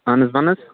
اہن حظ وَن حظ